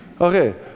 Okay